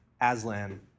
Aslan